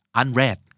unread